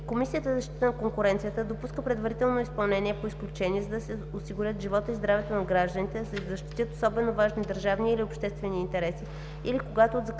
Комисията за защита на конкуренцията допуска предварително изпълнение по изключение, за да се осигурят животът и здравето на гражданите, да се защитят особено важни държавни или обществени интереси или когато от закъснението